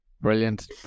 Brilliant